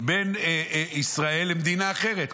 בין ישראל למדינה אחרת,